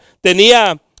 tenía